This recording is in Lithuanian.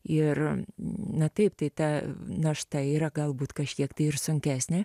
ir na taip tai ta našta yra galbūt kažkiek tai ir sunkesnė